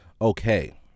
Okay